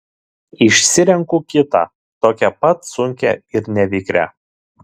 išsirenku kitą tokią pat sunkią ir nevikrią